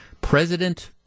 President